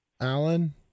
Alan